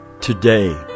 today